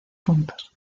puntos